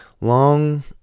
long